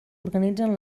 organitzen